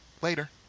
Later